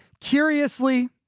curiously